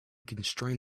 constrain